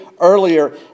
earlier